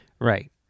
Right